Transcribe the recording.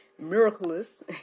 miraculous